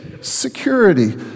security